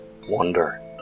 wonder